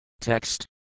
Text